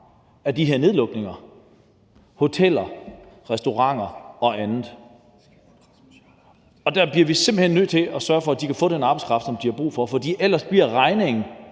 af de her nedlukninger, nemlig hoteller, restauranter og andet. Der bliver vi simpelt hen nødt til at sørge for, at de kan få den arbejdskraft, som de har brug for, for ellers bliver regningen